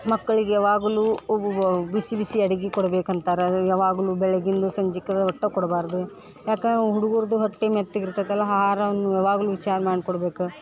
ಮಕ್ಕಳಿಗೆ ಯಾವಾಗಲೂ ಬಿಸಿ ಬಿಸಿ ಅಡಿಗೆ ಕೊಡ್ಬೇಕು ಅಂತಾರೆ ಯಾವಾಗಲೂ ಬೆಳಗಿಂದು ಸಂಜಿಗ ಒಟ್ಟ ಕೊಡಬಾರ್ದು ಯಾಕಂದ್ರೆ ಹುಡುಗರ್ದು ಹೊಟ್ಟೆ ಮೆತ್ತಗೆ ಇರ್ತೈತಲ್ಲ ಆಹಾರವನ್ನು ಯಾವಾಗಲೂ ವಿಚಾರ ಮಾಡಿ ಕೊಡ್ಬೇಕು